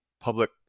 public